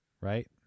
Right